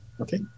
Okay